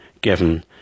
given